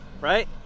right